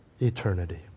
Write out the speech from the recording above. eternity